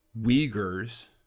Uyghurs